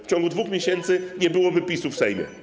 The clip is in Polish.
W ciągu 2 miesięcy nie byłoby PiS-u w Sejmie.